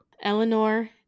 eleanor